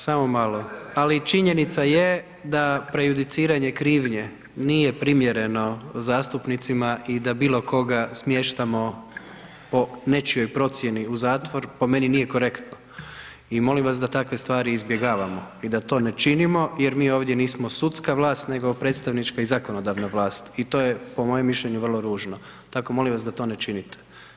Samo malo, ali činjenica je da prejudiciranje krivnje nije primjereno zastupnicima i da bilo koga smještamo po nečijoj procjeni u zatvor po meni nije korektno i molim vas da takve stvari izbjegavamo i da to ne činimo jer mi ovdje nismo sudska vlast nego predstavnička i zakonodavna vlast i to je po mojem mišljenju vrlo ružno, tako molim vas da to ne činite.